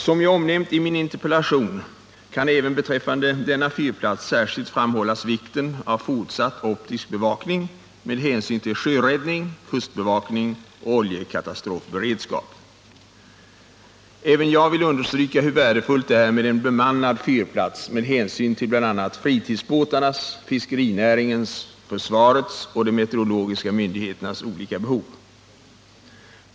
Som jag nämnt i min interpellation kan även beträffande denna fyrplats särskilt framhållas vikten av fortsatt optisk bevakning med hänsyn till sjöräddning, kustbevakning och oljekatastrofberedskap. Även jag vill understryka hur värdefullt det är med en bemannad fyrplats med hänsyn till bl.a. fritidsbåtarnas, fiskerinäringens, försvarets och de meteorologiska myndigheternas olika behov.